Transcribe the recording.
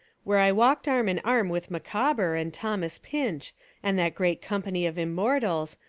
where i walked arm in arm with micawber and thomas pinch and that great company of im mortals,